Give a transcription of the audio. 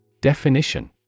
Definition